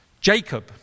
Jacob